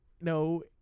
no